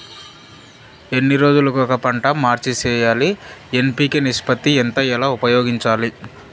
ఎన్ని రోజులు కొక పంట మార్చి సేయాలి ఎన్.పి.కె నిష్పత్తి ఎంత ఎలా ఉపయోగించాలి?